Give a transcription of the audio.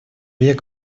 век